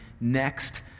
next